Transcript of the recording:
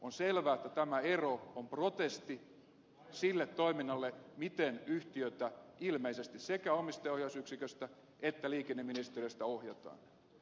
on selvää että tämä ero on protesti sille toiminnalle miten yhtiötä ilmeisesti sekä omistaja ohjausyksiköstä että liikenneministeriöstä ohjataan